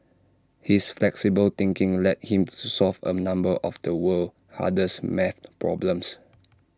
his flexible thinking led him to solve A number of the world's hardest math problems